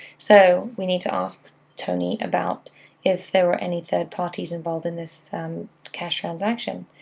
so we need to ask tony about if there were any third parties involved in this cash transaction,